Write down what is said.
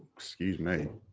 excuse me!